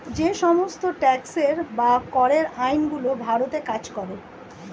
যে সমস্ত ট্যাক্সের বা করের আইন গুলো ভারতে কাজ করে